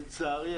לצערי,